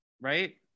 right